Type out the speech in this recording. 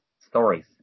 stories